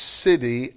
city